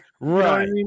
Right